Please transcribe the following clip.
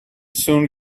soon